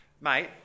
Mate